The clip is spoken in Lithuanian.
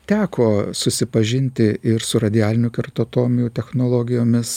teko susipažinti ir su radialinio kertotomiu technologijomis